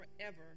forever